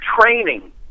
training